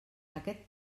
aquest